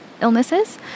illnesses